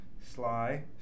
Sly